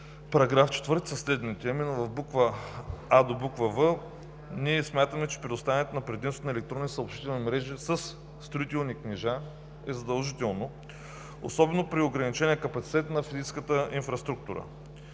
в § 4, са следните: от буква „а“ до буква „в“ ние смятаме, че предоставянето на предимство на електронни съобщителни мрежи със строителни книжа е задължително, особено при ограничения капацитет на физическата инфраструктура.